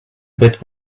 bit